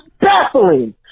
baffling